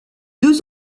deux